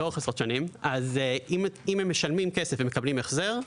אז אם הם משלמים כסף הם מקבלים החזר.